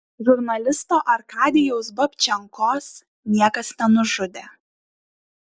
žurnalisto arkadijaus babčenkos niekas nenužudė